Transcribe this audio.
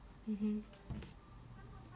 mmhmm